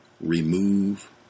remove